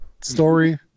story